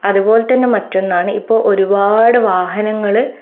അതുപോലെ തന്നെ മറ്റൊന്നാണ് ഇപ്പോൾ ഒരുപാട് വാഹനങ്ങൾ